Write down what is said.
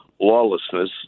lawlessness